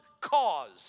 cause